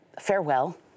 farewell